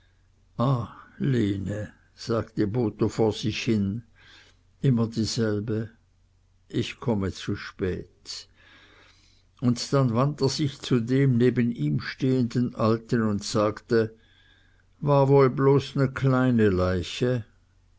lene sagte botho vor sich hin immer dieselbe ich komme zu spät und dann wandt er sich zu dem neben ihm stehenden alten und sagte war wohl bloß ne kleine leiche